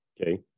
Okay